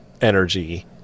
energy